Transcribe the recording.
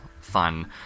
fun